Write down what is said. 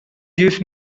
use